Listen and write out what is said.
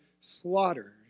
slaughtered